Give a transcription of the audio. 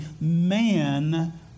man